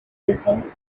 sizzling